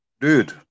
Dude